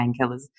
painkillers